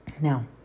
now